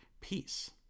peace